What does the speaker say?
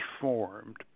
formed